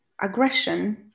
aggression